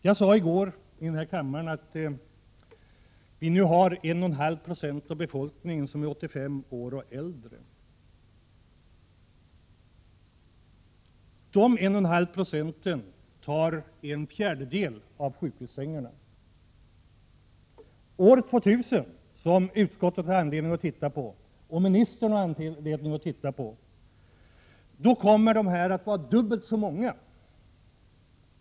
Jag sade i går här i kammaren att det nu är 1,5 96 av befolkningen som är 85 år och äldre. Dessa 1,5 96 upptar en fjärdedel av sjukhussängarna. År 2000, som både utskottet och ministern har anledning att titta på, kommer de att vara dubbelt så många.